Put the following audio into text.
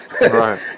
Right